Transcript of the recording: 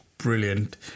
Brilliant